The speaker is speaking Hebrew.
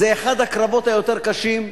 זה אחד הקרבות היותר-קשים,